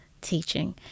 teaching